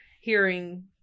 hearing